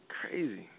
Crazy